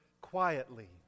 quietly